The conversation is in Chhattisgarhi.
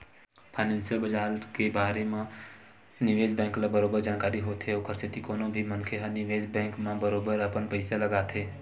फानेंसियल बजार के बारे म निवेस बेंक ल बरोबर जानकारी होथे ओखर सेती कोनो भी मनखे ह निवेस बेंक म बरोबर अपन पइसा लगाथे